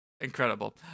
Incredible